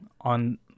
on